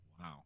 Wow